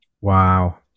wow